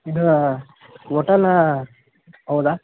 ಇದು ಓಟೆಲ ಹೌದಾ